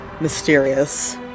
mysterious